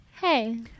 Hey